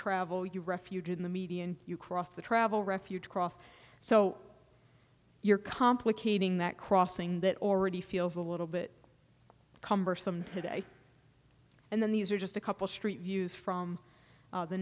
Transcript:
travel you refuge in the median you cross the travel refuge cross so you're complicating that crossing that already feels a little bit cumbersome today and then these are just a couple street views from